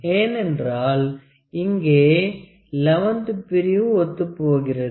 ஏனென்றால் இங்கே 11 ஆவது பிரிவு ஒத்துப் போகிறது